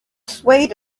swayed